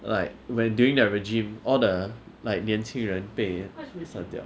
like when during their regime all the like 年轻人被杀掉